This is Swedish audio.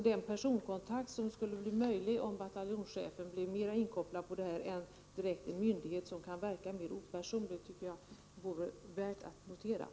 Den personkontakt som skulle bli möjlig om bataljonschefen mera än nu kopplades in i sammanhanget — i stället för att frågan handläggs av en myndighet — tror jag vore värdefull.